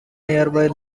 nearby